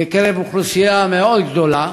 בקרב אוכלוסייה מאוד גדולה,